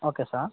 okay sir